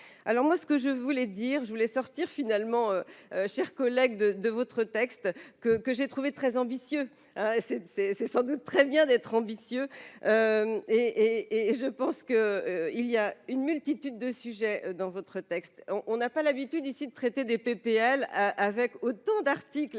alors moi ce que je voulais dire, je voulais sortir finalement chers collègues de de votre texte que que j'ai trouvé très ambitieux, c'est, c'est c'est sans doute très bien d'être ambitieux et et je pense que il y a une multitude de sujets dans votre texte, on n'a pas l'habitude ici, traiter des PPL avec autant d'articles,